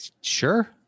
Sure